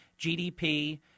GDP